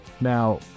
now